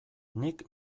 nik